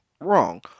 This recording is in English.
Wrong